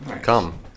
come